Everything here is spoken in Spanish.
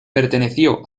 perteneció